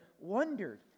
wondered